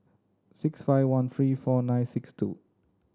six five one three four nine six two